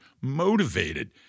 motivated